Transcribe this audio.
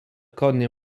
konie